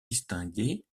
distinguer